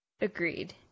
Agreed